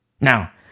Now